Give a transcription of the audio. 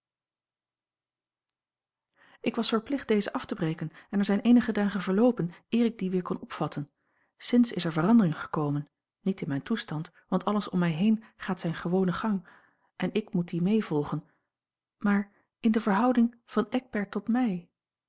ik was verplicht dezen af te breken en er zijn eenige dagen verloopen eer ik dien weer kon opvatten sinds is er verandering gekomen niet in mijn toestand want alles om mij heen gaat zijn gewonen gang en ik moet dien mee volgen maar in a l g bosboom-toussaint langs een omweg de verhouding van eckbert tot mij